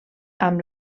amb